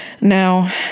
now